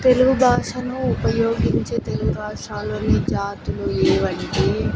తెలుగు భాషను ఉపయోగించే తెలుగు భాషలోని జాతులు ఏవంటే